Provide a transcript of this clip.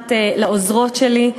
אחת לעוזרות שלי,